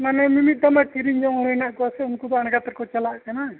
ᱢᱟᱱᱮ ᱢᱤᱼᱢᱤᱫᱴᱟᱝ ᱢᱟ ᱠᱤᱨᱤᱧ ᱡᱚᱢ ᱦᱚᱲ ᱢᱮᱱᱟᱜ ᱠᱚᱣᱟ ᱥᱮ ᱩᱱᱠᱩ ᱫᱚ ᱟᱬᱜᱟᱛ ᱨᱮᱠᱚ ᱪᱟᱞᱟᱜ ᱠᱟᱱᱟ